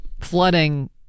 flooding